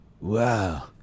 Wow